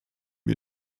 wir